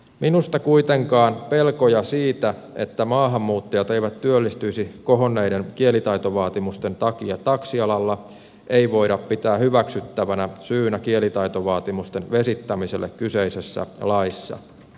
minusta kuitenkaan pelkoja siitä että maahanmuuttajat eivät työllistyisi kohonneiden kielitaitovaatimusten takia taksialalla ei voida pitää hyväksyttävänä syynä kielitaitovaatimusten vesittämiselle kyseisessä laissa